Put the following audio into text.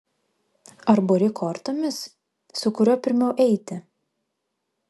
ar buri kortomis su kuriuo pirmiau eiti